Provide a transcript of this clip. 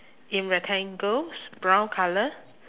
in rectangles brown colour